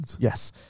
Yes